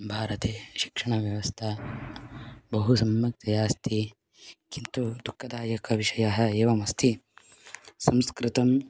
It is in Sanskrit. भारते शिक्षणव्यवस्था बहु सम्यक्तया अस्ति किन्तु दुःखदायकविषयः एवमस्ति संस्कृतं